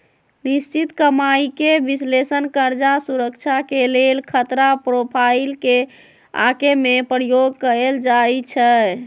निश्चित कमाइके विश्लेषण कर्जा सुरक्षा के लेल खतरा प्रोफाइल के आके में प्रयोग कएल जाइ छै